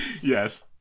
Yes